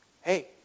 hey